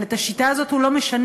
אבל את השיטה הזאת הוא לא משנה.